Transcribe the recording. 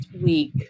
week